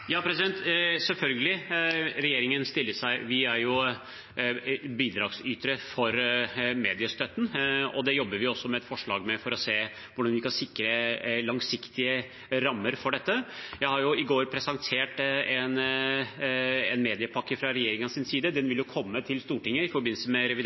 Selvfølgelig, regjeringen er jo bidragsytere til mediestøtten, og vi jobber også med forslag for å se på hvordan vi kan sikre langsiktige rammer for dette. I går presenterte jeg en mediepakke fra regjeringens side. Den vil komme til Stortinget i forbindelse med revidert